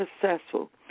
successful